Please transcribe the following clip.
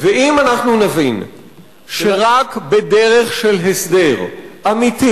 ואם אנחנו נבין שרק בדרך של הסדר אמיתי